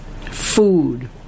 Food